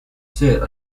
sit